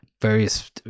various